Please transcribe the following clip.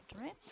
right